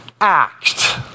act